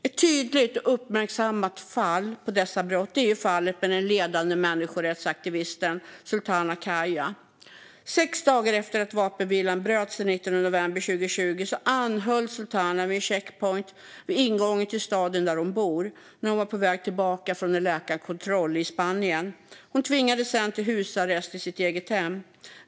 Ett tydligt och uppmärksammat fall av dessa brott är det med den ledande människorättsaktivisten Sultana Khaya. Sex dagar efter att vapenvilan bröts, den 19 november 2020, anhölls Sultana Khaya vid en checkpoint vid ingången till staden där hon bor då hon var tillbaka från en läkarkontroll i Spanien. Hon tvingades sedan till husarrest i sitt eget hem.